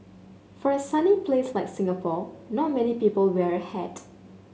for a sunny place like Singapore not many people wear a hat